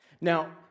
Now